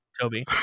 Toby